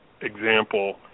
example